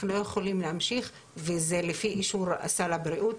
אנחנו לא יכולים להמשיך וזה לפני אישור סל הבריאות,